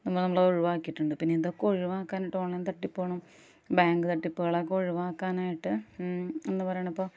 അത് നമ്മൾ ഒഴിവാക്കിയിട്ടുണ്ട് പിന്നെ ഇതൊക്കെ ഒഴിവാക്കാനായിട്ട് ഓൺലൈൻ തട്ടിപ്പാണോ ബാങ്ക് തട്ടിപ്പുകളൊക്കെ ഒഴിവാക്കാനായിട്ട് എന്താണ് പറയുന്നത് ഇപ്പം